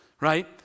right